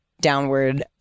downward